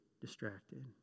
distracted